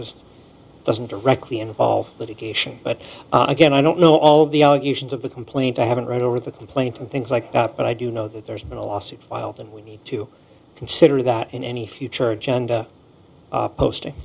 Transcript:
this doesn't directly involve litigation but again i don't know all of the allegations of the complaint i haven't read over the complaint and things like that but i do know that there's been a lawsuit filed and we need to consider that in any future genda